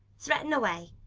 threaten away!